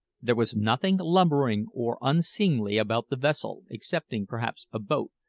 there was nothing lumbering or unseemly about the vessel, excepting, perhaps, a boat,